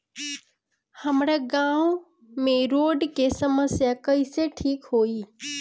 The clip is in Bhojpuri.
हमारा गाँव मे रोड के समस्या कइसे ठीक होई?